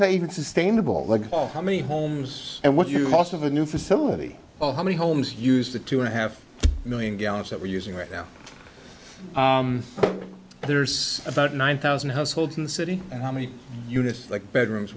can sustainable how many homes and what your cost of the new facility oh how many homes use the two and a half million gallons that we're using right now there's about nine thousand households in the city and how many units like bedrooms